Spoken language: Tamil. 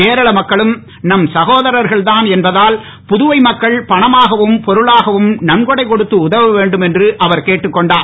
கேரள மக்களும் நம் சகோதரர்கன்தான் என்பதால் புதுவை மக்கள் பணமாகவும் பொருளாகவும் நன்கொடை கொடுத்து உதவ வேண்டும் என்று அவர் கேட்டுக் கொண்டார்